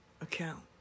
account